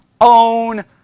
own